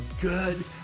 good